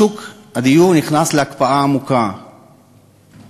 שוק הדיור נכנס להקפאה עמוקה כי